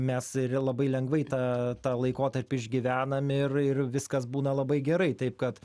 mes labai lengvai tą tą laikotarpį išgyvenam ir ir viskas būna labai gerai taip kad